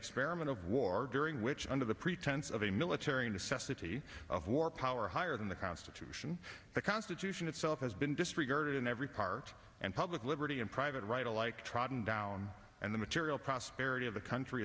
experiment of war during which under the pretense of a military necessity of war power higher than the constitution the constitution itself has been disregarded in every part and public liberty and private right alike trodden down and the material prosperity of the country